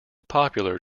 popular